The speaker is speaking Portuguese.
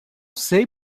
sei